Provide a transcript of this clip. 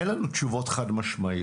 אין לנו תשובות חד משמעיות.